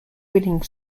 winning